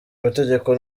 amategeko